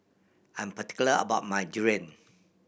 I'm particular about my durian